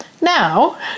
Now